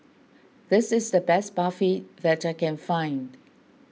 this is the best Barfi that I can find